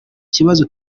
kibazo